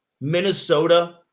Minnesota